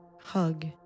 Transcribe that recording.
hug